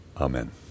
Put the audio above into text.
amen